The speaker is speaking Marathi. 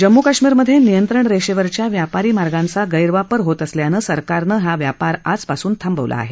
जम्मू कश्मीरमधे नियंत्रण रेषेवरच्या व्यापारी मार्गाचा गैरवापर होत असल्यानं सरकारनं हा व्यापार आजपासून थांबवला आहे